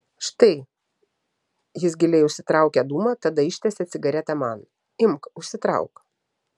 štai jis giliai užsitraukia dūmą tada ištiesia cigaretę man imk užsitrauk